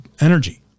energy